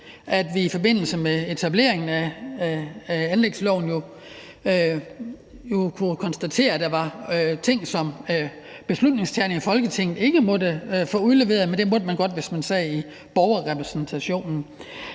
at vi i forbindelse med etableringen af anlægsloven jo kunne konstatere, at der var ting, som beslutningstagerne i Folketinget ikke måtte få udleveret, men det måtte man godt, hvis man sad i Borgerrepræsentationen.